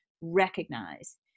recognize